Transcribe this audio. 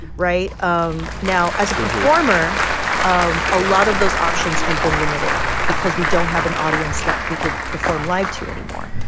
right? um now, as a performer um a lot of those options have been limited because we don't have an audience that we could perform live to anymore.